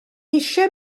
eisiau